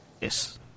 Yes